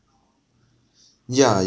ya